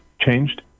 changed